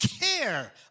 care